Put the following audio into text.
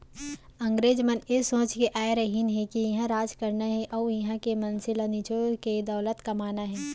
अंगरेज मन ए सोच के आय रहिन के इहॉं राज करना हे अउ इहॉं के मनसे ल निचो के दौलत कमाना हे